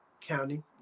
County